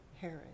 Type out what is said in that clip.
Herod